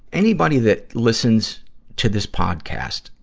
anybody that listens to this podcast,